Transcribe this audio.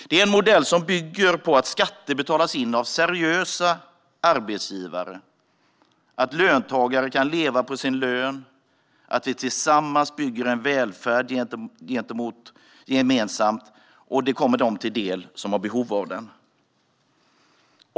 Det är en modell som bygger på att skatter betalas in av seriösa arbetsgivare, att löntagare kan leva på sin lön och att vi tillsammans bygger en välfärd som kommer dem till del som har behov av den.